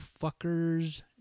fuckers